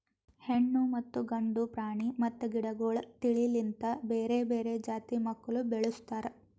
ಹೆಣ್ಣು ಮತ್ತ ಗಂಡು ಪ್ರಾಣಿ ಮತ್ತ ಗಿಡಗೊಳ್ ತಿಳಿ ಲಿಂತ್ ಬೇರೆ ಬೇರೆ ಜಾತಿ ಮಕ್ಕುಲ್ ಬೆಳುಸ್ತಾರ್